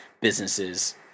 businesses